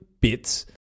bits